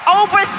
over